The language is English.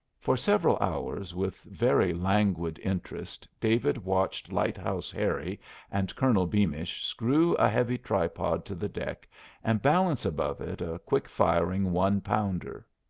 for several hours with very languid interest david watched lighthouse harry and colonel beamish screw a heavy tripod to the deck and balance above it a quick-firing one-pounder.